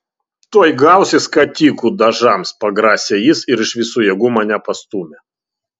tuoj gausi skatikų dažams pagrasė jis ir iš visų jėgų mane pastūmė